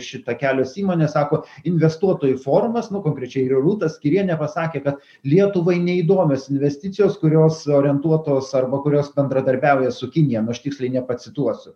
šita kelios įmonės sako investuotojų forumas nu konkrečiai rūta skyrienė pasakė kad lietuvai neįdomios investicijos kurios orientuotos arba kurios bendradarbiauja su kinija nu aš tiksliai nepacituosiu